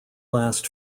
last